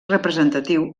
representatiu